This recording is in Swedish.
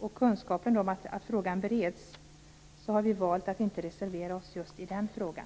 och kunskapen om att frågan bereds har vi valt att inte reservera oss just i den frågan.